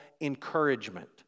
encouragement